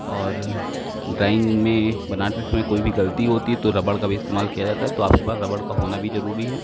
और ड्राइंग में बनाते समय कोई भी गलती होती तो रबड़ का इस्तेमाल किया जाता तो आपके पास रबड़ का होना भी ज़रूरी है